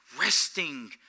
resting